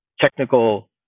technical